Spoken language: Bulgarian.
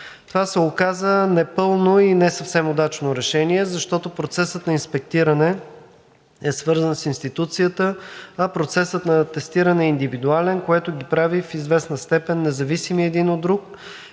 Това се оказа непълно и не съвсем удачно решение, защото процесът на инспектиране е свързан с институцията, а процесът на атестиране е индивидуален, което ги прави в известна степен независими един от друг